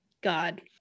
God